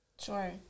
Sure